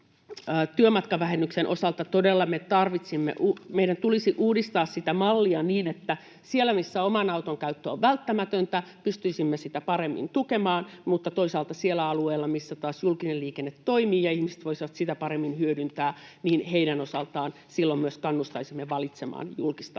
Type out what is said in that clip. työmatkavähennyksen osalta todella meidän tulisi uudistaa sitä mallia niin, että siellä, missä oman auton käyttö on välttämätöntä, pystyisimme sitä paremmin tukemaan, mutta toisaalta siellä alueilla, missä taas julkinen liikenne toimii ja ihmiset voisivat sitä paremmin hyödyntää, heidän osaltaan silloin myös kannustaisimme valitsemaan julkista liikennettä.